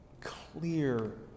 clear